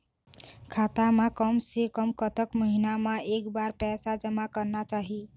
खाता मा कम से कम कतक महीना मा एक बार पैसा जमा करना चाही?